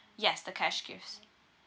yes the cash gifts